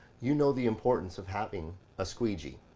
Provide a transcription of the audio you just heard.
you know the importance of having a squeegee.